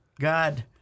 God